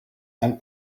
and